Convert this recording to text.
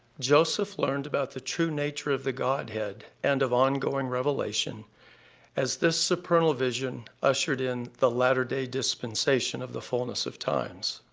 joseph learned about the true nature of the godhead and of ongoing revelation as this supernal vision ushered in the latter-day dispensation of the fulness of times.